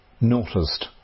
noticed